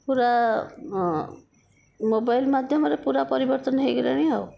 ପୁରା ମୋବାଇଲ ମାଧ୍ୟମରେ ପୁରା ପରିବର୍ତ୍ତନ ହୋଇଗଲାଣି ଆଉ